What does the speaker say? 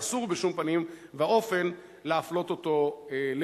ואסור בשום פנים ואופן להפלות אותו לרעה.